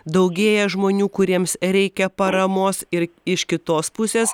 daugėja žmonių kuriems reikia paramos ir iš kitos pusės